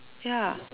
ya